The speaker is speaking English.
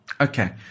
Okay